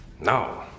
no